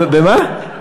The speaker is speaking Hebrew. במה?